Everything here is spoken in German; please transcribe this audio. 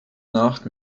nacht